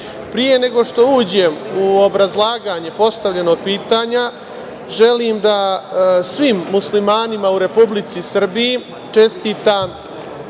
nego što uđem u obrazlaganje postavljenog pitanja, želim da svim Muslimanima u Republici Srbiji čestitam